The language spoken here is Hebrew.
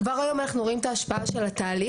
כבר היום אנחנו רואים את ההשפעה של התהליך,